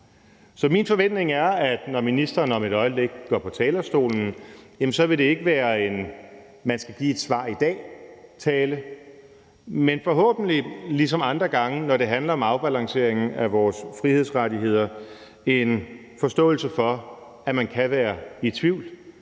Så min forventning er, at når ministeren om et øjeblik går på talerstolen, vil det ikke være en tale, der handler om, at man skal give et svar i dag, men forhåbentlig ligesom andre gange, når det handler om afbalancering af vores frihedsrettigheder, en tale om en forståelse for, at man kan være i tvivl,